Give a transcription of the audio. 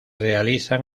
realizan